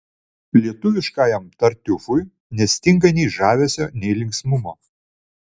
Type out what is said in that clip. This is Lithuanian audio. lietuviškajam tartiufui nestinga nei žavesio nei linksmumo